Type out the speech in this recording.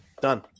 Done